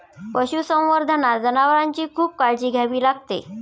पशुसंवर्धनात जनावरांची खूप काळजी घ्यावी लागते